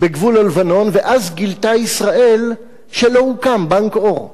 בגבול הלבנון, ואז גילתה ישראל שלא הוקם בנק עור.